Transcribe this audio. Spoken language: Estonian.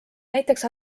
näiteks